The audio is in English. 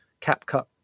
CapCut